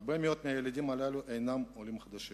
הרבה מאוד מהילדים הללו הם עולים חדשים.